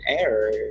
error